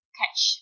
catch